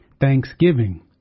Thanksgiving